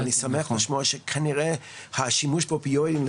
ואני שמח לשמוע שכנראה השימוש באופיואים,